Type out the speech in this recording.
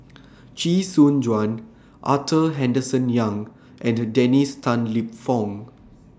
Chee Soon Juan Arthur Henderson Young and Dennis Tan Lip Fong